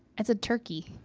it's a turkey.